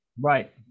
Right